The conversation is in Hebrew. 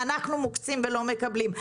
ואנחנו מוקצים ולא מקבלים.